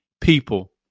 people